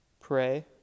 pray